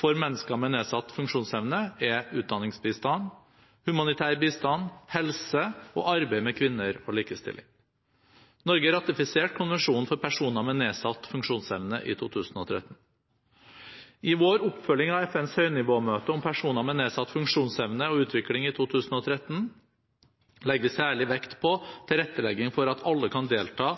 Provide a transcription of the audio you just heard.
for mennesker med nedsatt funksjonsevne er utdanningsbistand, humanitær bistand, helse og arbeid med kvinner og likestilling. Norge ratifiserte konvensjonen for personer med nedsatt funksjonsevne i 2013. I vår oppfølging av FNs høynivåmøte om personer med nedsatt funksjonsevne og utvikling i 2013 legger vi særlig vekt på tilrettelegging for at alle kan delta